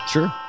Sure